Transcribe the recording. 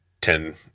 ten